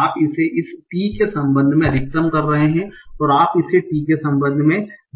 आप इसे इस t के संबंध में अधिकतम कर रहे हैं और आप इसे t के संबंध